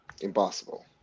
Impossible